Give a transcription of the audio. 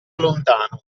lontano